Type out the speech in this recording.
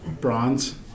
bronze